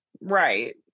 right